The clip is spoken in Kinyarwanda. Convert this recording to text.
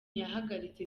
yahagaritse